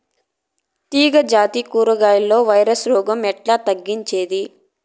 తీగ జాతి కూరగాయల్లో వైరస్ రోగం ఎట్లా తగ్గించేది?